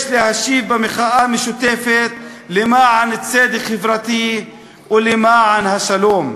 יש להשיב במחאה משותפת למען צדק חברתי ולמען השלום,